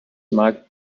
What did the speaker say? marked